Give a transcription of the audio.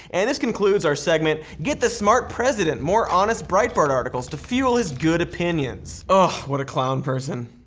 and this concludes our segment, get the smart president more honest breitbart articles to fuel is good opinions. ah what a clown person.